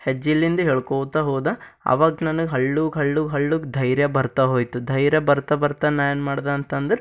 ಹೆಜ್ಜೆಲಿಂದ ಹೇಳ್ಕೊತ ಹೋದೆ ಆವಾಗ ನನಗೆ ಹಳ್ಳುಗೆ ಹಳ್ಳುಗೆ ಹಳ್ಳುಗೆ ಧೈರ್ಯ ಬರ್ತಾ ಹೋಯಿತು ಧೈರ್ಯ ಬರ್ತಾ ಬರ್ತಾ ನಾ ಏನು ಮಾಡ್ದೆ ಅಂತಂದರೆ